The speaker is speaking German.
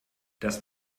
das